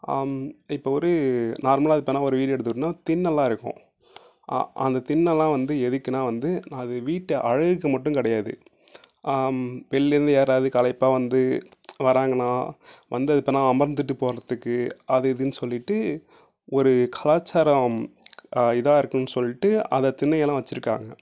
இப்போ ஒரு நார்மலாக இப்போ என்னா ஒரு வீடே எடுத்துக்கிட்டோம்னால் திண்ணலாம் இருக்கும் அந்த திண்ணலாம் வந்து எதுக்குனா வந்து அது வீட்டை அழகுக்கு மட்டும் கிடையாது வெள்லேருந்து யாராவது களைப்பாக வந்து வர்றாங்கன்னா வந்து அது என்னா அமர்ந்துட்டு போகிறதுக்கு அது இதுன்னு சொல்லிட்டு ஒரு கலாச்சாரம் இதாக இருக்கும்னு சொல்லிட்டு அந்த திண்ணை எல்லாம் வச்சிருக்காங்க